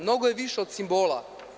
Mnogo je više od simbola.